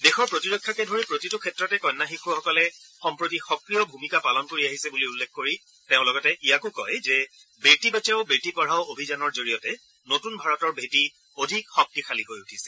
দেশৰ প্ৰতিৰক্ষাকে ধৰি প্ৰতিটো ক্ষেত্ৰতে কন্যা শিশুসকলে সম্প্ৰতি সক্ৰিয় ভূমিকা পালন কৰি আহিছে বুলি উল্লেখ কৰি তেওঁ লগতে ইয়াকো কয় যে বেটী বচাও বেটা পঢ়াও অভিযানৰ জৰিয়তে নতুন ভাৰতৰ ভেটি অধিক শক্তিশালী হৈ উঠিছে